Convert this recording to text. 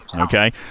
okay